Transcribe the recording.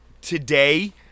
today